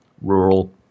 rural